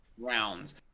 rounds